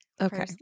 okay